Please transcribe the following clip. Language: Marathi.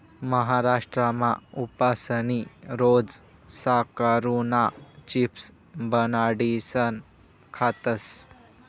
महाराष्ट्रमा उपासनी रोज साकरुना चिप्स बनाडीसन खातस